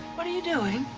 what are you doing?